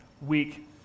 week